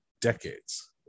decades